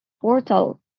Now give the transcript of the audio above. portal